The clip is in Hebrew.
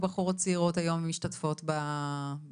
בחורות צעירות כיום משתתפות בתוכנית?